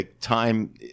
time